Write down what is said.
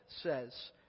says